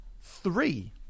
three